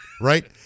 Right